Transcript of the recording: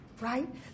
Right